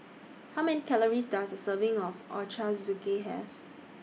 How Many Calories Does A Serving of Ochazuke Have